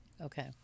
okay